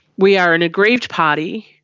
we are an aggrieved party.